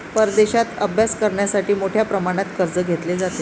परदेशात अभ्यास करण्यासाठी मोठ्या प्रमाणात कर्ज घेतले जाते